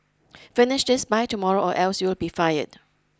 finish this by tomorrow or else you'll be fired